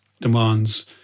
demands